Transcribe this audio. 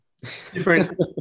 different